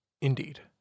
Indeed